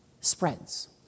spreads